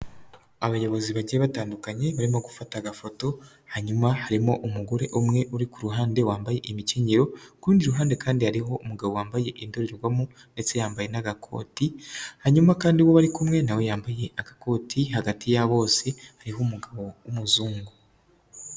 Abayobozi bagiye batandukanye barimo gufata agafoto, hanyuma harimo umugore umwe uri kuruhande wambaye imikinyero, ku rundi ruhande kandi hariho umugabo wambaye indorerwamo ndetse yambaye n'agakoti, hanyuma kandi uwo bari kumwe, nawe yambaye agakoti hagati yabo bose hariho umugabo w'umuzungu.